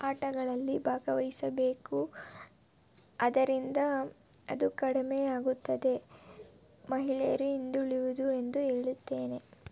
ಆಟಗಳಲ್ಲಿ ಭಾಗವಹಿಸಬೇಕು ಅದರಿಂದ ಅದು ಕಡಿಮೆಯಾಗುತ್ತದೆ ಮಹಿಳೆಯರು ಹಿಂದುಳಿಯುವುದು ಎಂದು ಹೇಳುತ್ತೇನೆ